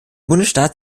bundesstaat